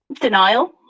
Denial